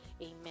Amen